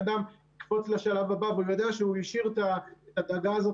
אדם יקפוץ לשלב הבא אבל הוא יודע שהוא השאיר את הדאגה הזאת